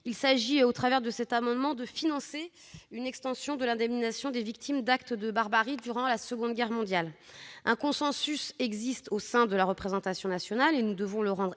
il s'agit, au travers de cet amendement, de financer une extension du champ de l'indemnisation des victimes d'actes de barbarie durant la Seconde Guerre mondiale. Un consensus existe sur ce sujet au sein de la représentation nationale ; nous devons lui donner une